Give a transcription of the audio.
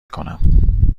کنم